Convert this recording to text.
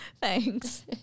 Thanks